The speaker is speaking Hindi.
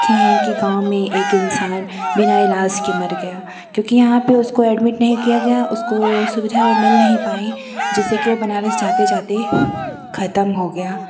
देखे हैं कि गाँव में एक इंसान बिना ईलाज के मर गया क्योंकि यहाँ पे उसको एडमिट नहीं किया गया उसको सुविधा मिल नहीं पाई जिससे कि वो बनारस जाते जाते खत्म हो गया